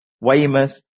Weymouth